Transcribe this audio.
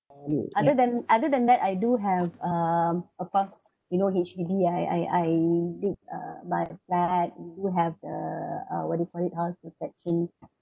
other than other than that I do have uh of course you know H_D_B I I I did uh my flat we do have the uh what do you call it that thing